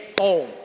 home